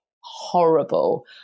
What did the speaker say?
horrible